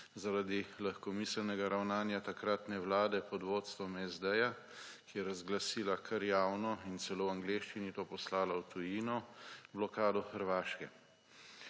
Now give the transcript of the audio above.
zaradi lahkomiselnega ravnanja takratne vlade pod vodstvom SD, ki je razglasila kar javno – in celo v angleščini to poslala v tujino – blokado Hrvaške.